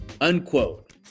unquote